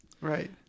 right